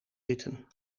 zitten